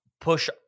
push